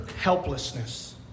helplessness